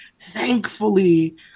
thankfully